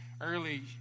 early